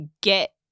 get